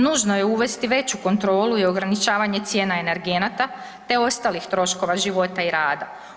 Nužno je uvesti veću kontrolu i ograničavanje cijena energenata te ostalih troškova života i rada.